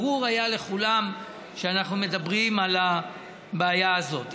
ברור היה לכולם שאנחנו מדברים על הבעיה הזאת.